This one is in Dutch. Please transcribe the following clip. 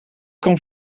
kan